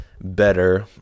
better